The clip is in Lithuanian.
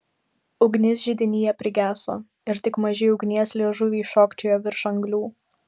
ugnis židinyje prigeso ir tik maži ugnies liežuviai šokčiojo virš anglių